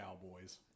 cowboys